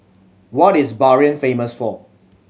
what is Bahrain famous for